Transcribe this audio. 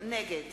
נגד